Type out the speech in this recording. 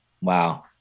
wow